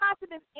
positive